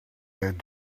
had